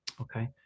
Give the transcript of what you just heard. okay